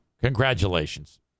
Congratulations